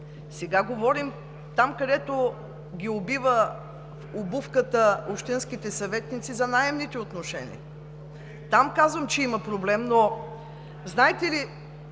Сега говорим за там, където ги убива обувката общинските съветници – за наемните отношения. Там казвам, че има проблем. Знаете ли,